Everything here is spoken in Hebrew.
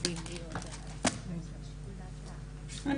הישיבה ננעלה בשעה 12:52.